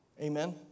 Amen